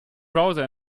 browser